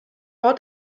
ort